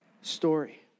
story